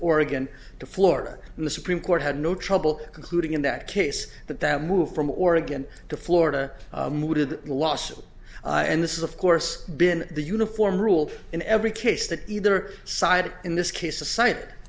oregon to florida and the supreme court had no trouble concluding in that case that that move from oregon to florida did last and this is of course been the uniform rule in every case that either side in this case the site